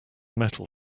metal